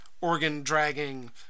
organ-dragging